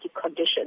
conditions